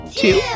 two